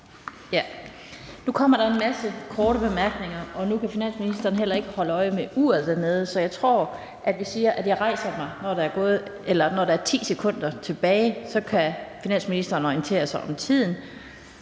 Nu kommer der en masse korte bemærkninger, og finansministeren kan ikke holde øje med uret dernede, så jeg tror, vi siger, at jeg rejser mig, når der er 10 sekunder tilbage. Så kan finansministeren orientere sig om tiden